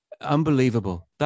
Unbelievable